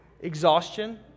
Exhaustion